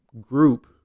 group